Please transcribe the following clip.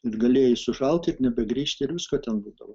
ir galėjai sušalt ir nebegrįžt ir visko ten būdavo